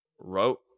wrote